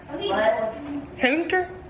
hunter